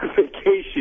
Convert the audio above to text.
vacation